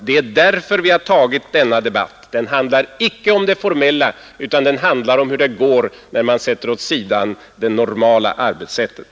Det är därför vi har tagit denna debatt. Den handlar icke om det formella, utan den handlar om hur det går när man sätter åt sidan det normala arbetssättet.